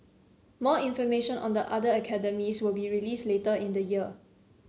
more information on the other academies will be released later in the year